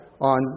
on